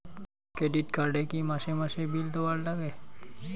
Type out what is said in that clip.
Credit card এ কি মাসে মাসে বিল দেওয়ার লাগে?